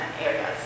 areas